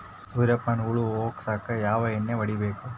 ಸುರ್ಯಪಾನ ಹುಳ ಹೊಗಸಕ ಯಾವ ಎಣ್ಣೆ ಹೊಡಿಬೇಕು?